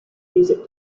music